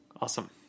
Awesome